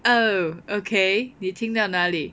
oh okay 你听到哪里